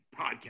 podcast